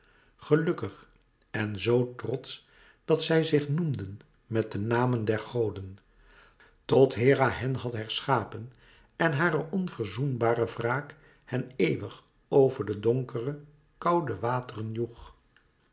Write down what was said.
gelukkig en zoo trotsch dat zij zich noemden met de namen der goden tot hera hen had herschapen en hare onverzoenbare wraak hen eeuwig over de donkere koude wateren joeg